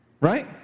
right